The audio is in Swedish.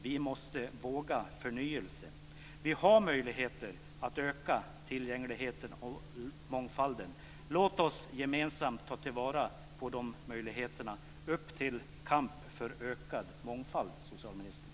Vi måste våga förnyelse. Vi har möjligheter att öka tillgängligheten och mångfalden. Låt oss gemensamt ta till vara de möjligheterna. Upp till kamp för ökad mångfald, socialministern!